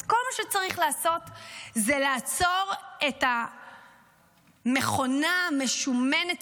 אז כל מה שצריך לעשות זה לעצור את המכונה המשומנת